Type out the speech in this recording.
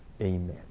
amen